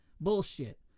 bullshit